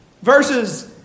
Verses